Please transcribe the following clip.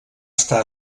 estar